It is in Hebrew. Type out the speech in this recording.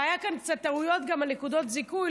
והיו קצת טעויות עם נקודות זיכוי,